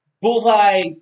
Bullseye